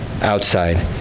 outside